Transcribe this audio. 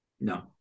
No